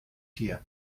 hier